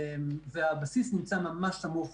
והבסיס נמצא ממש סמוך